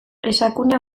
esakunea